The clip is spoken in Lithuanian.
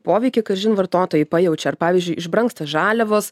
poveikį kažin vartotojai pajaučia ar pavyzdžiui iš brangsta žaliavos